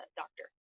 doctor